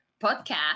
podcast